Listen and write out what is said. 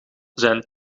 zijn